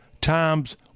Times